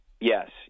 Yes